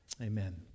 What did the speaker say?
Amen